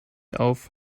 auf